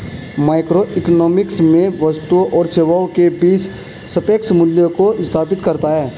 microeconomics में वस्तुओं और सेवाओं के बीच सापेक्ष मूल्यों को स्थापित करता है